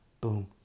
Boom